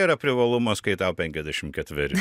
yra privalumas kai tau penkiasdešim ketver